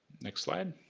next slide.